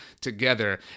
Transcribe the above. together